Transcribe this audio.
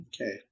Okay